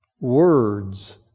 Words